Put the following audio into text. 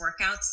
workouts